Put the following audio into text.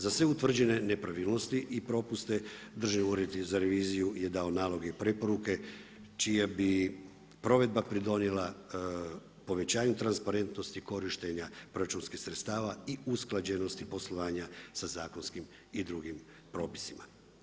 Za sve utvrđene nepravilnosti, i propuste, Državni ured za reviziju je dao naloge i preporuke čija bi provedba pridonijela povećanju transparentnosti korištenja proračunskih sredstava i usklađenosti poslovanja sa zakonskim i drugim propisima.